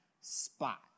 spot